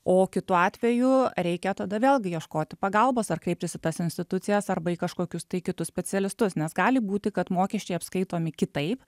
o kitu atveju reikia tada vėlgi ieškoti pagalbos ar kreiptis į tas institucijas arba į kažkokius tai kitus specialistus nes gali būti kad mokesčiai apskaitomi kitaip